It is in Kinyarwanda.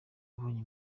abonye